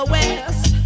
West